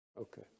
Okay